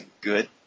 good